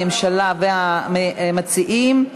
הממשלה והמציעים,